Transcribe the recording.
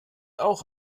auch